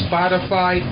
Spotify